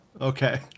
okay